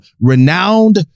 renowned